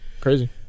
Crazy